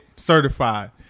Certified